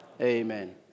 Amen